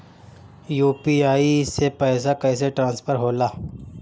UPI से पैसा कैसे ट्रांसफर होला?